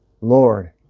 Lord